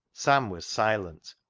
sam was silent,